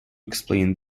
explain